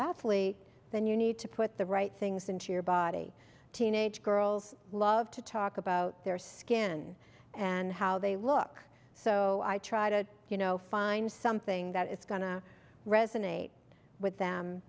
athlete then you need to put the right things into your body teenage girls love to talk about their skin and how they look so i try to you know find something that is going to resonate with them